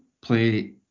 play